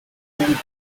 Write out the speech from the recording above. gitaramo